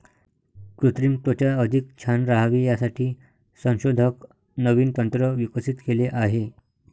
कृत्रिम त्वचा अधिक छान राहावी यासाठी संशोधक नवीन तंत्र विकसित केले आहे